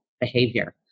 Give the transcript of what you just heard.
behavior